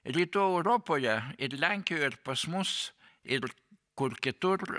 rytų europoje ir lenkijoje ir pas mus ir kur kitur